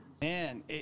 man